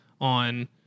on